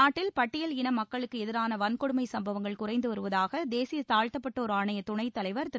நாட்டில் பட்டியல் இன மக்களுக்கு எதிரான வன்கொடுமை சம்பவங்கள் குறைந்து வருவதாக தேசிய தாழ்த்தப்பட்டோர் ஆணைய துணைத்தலைவர் திரு